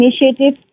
initiative